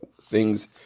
thing's